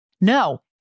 No